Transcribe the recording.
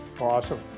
Awesome